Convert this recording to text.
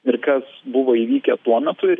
ir kas buvo įvykę tuo metu ir